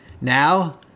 Now